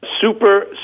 super